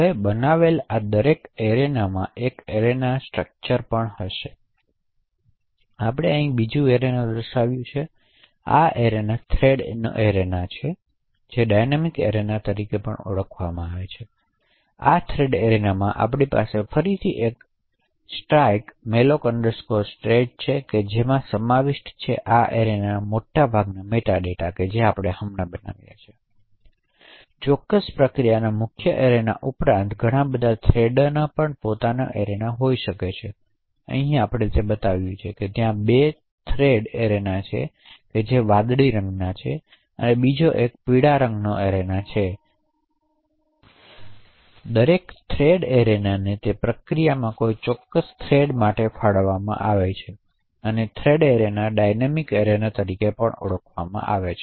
હવે બનાવેલ દરેક અન્ય એરેનામાં એક એરેના સ્ટ્રક્ચર પણ હશે તેથી આપણે અહીં બીજું એરેના દર્શાવ્યું છે તેથી આ એક થ્રેડ એરેના છે જેને ડાયનેમિક એરેના તરીકે પણ ઓળખવામાં આવે છે તેથી આ થ્રેડ એરેનામાં આપણી પાસે ફરીથી એક સ્ટ્રાઈક મેલોક સ્ટેટ છે જેમાં સમાવિષ્ટ છે આ એરેના માટેનો મેટા ડેટા જે હમણાં જ બનાવ્યો છે તેથી ચોક્કસ પ્રક્રિયાના મુખ્ય એરેના ઉપરાંત ઘણા બધા થ્રેડો એરેના પણ હોઈ શકે છે તેથી અહીં આપણે બતાવ્યું છે કે ત્યાં બે થ્રેડ એરેના છે જેમાં એક વાદળી રંગનો છે અને બીજો એક પીળો રંગનો છે તેથી દરેક થ્રેડ એરેનાને તે પ્રક્રિયામાં કોઈ ચોક્કસ થ્રેડ માટે ફાળવવામાં આવે છે તેથી થ્રેડ એરેનાને ડાઇનેમિક એરેના તરીકે પણ ઓળખવામાં આવે છે